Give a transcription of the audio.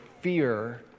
fear